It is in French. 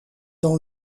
dans